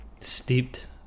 steeped